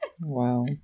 Wow